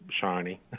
shiny